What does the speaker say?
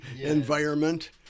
environment